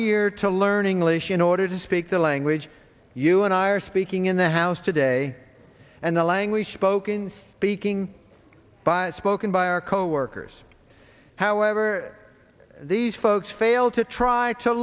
year to learn english in order to speak the language you and i are speaking in the house today and the language spoken speaking by spoken by our coworkers however these folks failed to try to